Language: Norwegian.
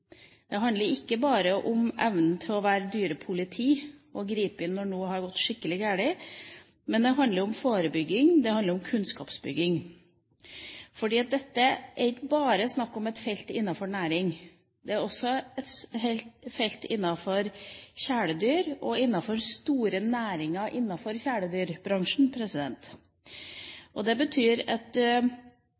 dyrevelferd, handler det om forebygging. Det handler ikke bare om evnen til å være dyrepoliti og gripe inn når noe har gått skikkelig galt, men det handler om forebygging, det handler om kunnskapsbygging. Det er her ikke bare snakk om ett felt innenfor næringa, det handler også om kjæledyr og store næringer i kjæledyrbransjen. Det betyr at